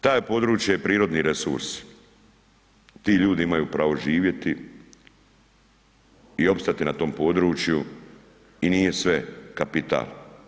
Taj je područje prirodni resurs, ti ljudi imaju pravo živjeti i opstati na tom području i nije sve kapital.